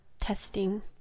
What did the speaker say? testing